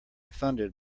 funded